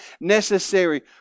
necessary